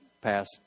Pass